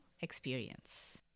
experience